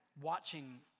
watching